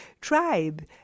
tribe